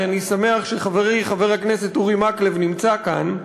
ואני שמח שחברי חבר הכנסת אורי מקלב נמצא כאן.